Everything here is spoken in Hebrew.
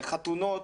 והחתונות